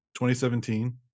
2017